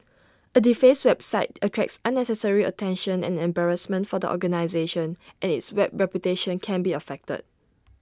A defaced website attracts unnecessary attention and embarrassment for the organisation and its web reputation can be affected